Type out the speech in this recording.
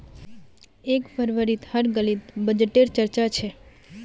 एक फरवरीत हर गलीत बजटे र चर्चा छ